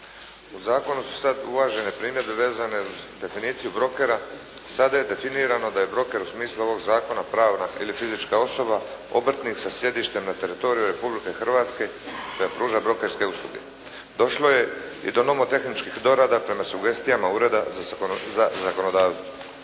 U zakonu su sad uvažene primjedbe vezane uz definiciju brokera. Sada je definirano da je broker u smislu ovog zakona pravna ili fizička osoba, obrtnik sa sjedištem na teritoriju Republike Hrvatske te pruža brokerske usluge. Došlo je i do nomotehničkih dorada prema sugestijama Ureda za zakonodavstvo.